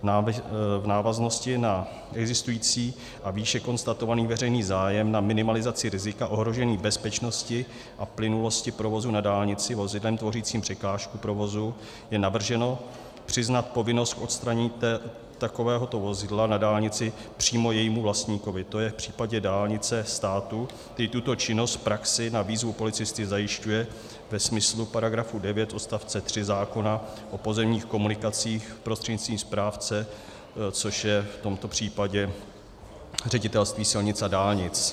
V návaznosti na existující a výše konstatovaný veřejný zájem na minimalizaci rizika ohrožení bezpečnosti a plynulosti provozu na dálnici vozidlem tvořícím překážku provozu je navrženo přiznat povinnost odstranění takového vozidla na dálnici přímo jejímu vlastníkovi to je v případě dálnice státu který tuto činnost v praxi na výzvu policisty zajišťuje ve smyslu § 9 odst. 3 zákona o pozemních komunikacích prostřednictvím správce, což je v tomto případě Ředitelství silnic a dálnic.